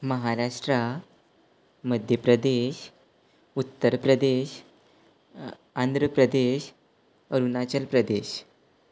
Maharashtra Madhya Pradesh Uttar Pradesh Andhra Pradesh Arunachal Pradesh